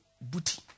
booty